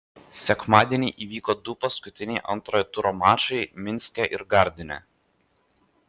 sekmadienį įvyko du paskutiniai antrojo turo mačai minske ir gardine